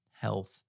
health